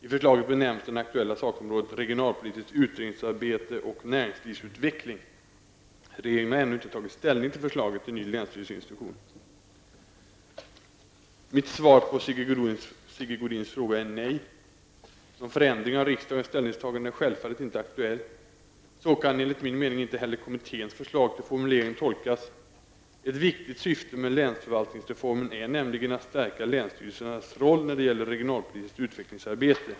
I förslaget benämns det aktuella sakområdet ''regionalpolitiskt utredningsarbete och näringslivsutveckling''. Regeringen har ännu inte tagit ställning till förslaget till ny länsstyrelseinstruktion. Mitt svar på Sigge Godins fråga är nej. Någon förändring av riksdagens ställningstagande är självfallet inte aktuell. Så kan enligt min mening inte heller kommitténs förslag till formulering tolkas. Ett viktigt syfte med länsförvaltningsreformen är nämligen att stärka länsstyrelsernas roll när det gäller regionalpolitiskt utvecklingsarbete.